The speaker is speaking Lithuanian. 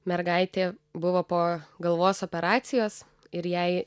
mergaitė buvo po galvos operacijos ir jai